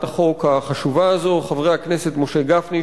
החוק החשובה הזאת: חבר הכנסת משה גפני,